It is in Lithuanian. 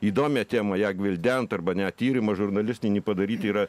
įdomią temą ją gvildent arba net tyrimą žurnalistinį padaryt yra